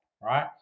right